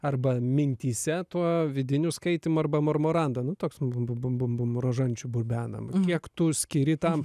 arba mintyse tuo vidiniu skaitymu arba mormorandą nu toksai bum bum bum bum bum rožančių bubenam tiek tu skiri tam